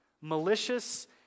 malicious